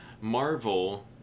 Marvel